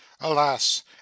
alas